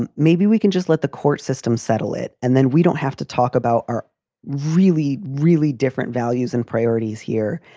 and maybe we can just let the court system settle it and then we don't have to talk about our really, really different values and priorities here.